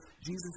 Jesus